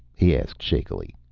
he asked shakily.